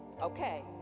Okay